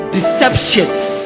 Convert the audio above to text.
Deceptions